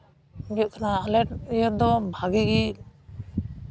ᱦᱩᱭᱩᱜ ᱠᱟᱱᱟ ᱟᱞᱮ ᱤᱭᱟᱹ ᱨᱮᱫᱚ ᱵᱷᱟᱹᱜᱤ ᱜᱮ